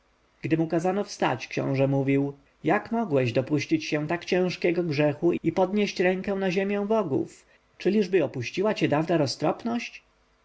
gdy mu kazano wstać książę mówił jak mogłeś dopuścić się tak ciężkiego grzechu i podnieść rękę na ziemię bogów czyliżby opuściła cię dawna roztropność